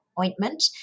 ointment